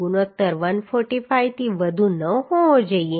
ગુણોત્તર 145 થી વધુ ન હોવો જોઈએ